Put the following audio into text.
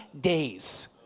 days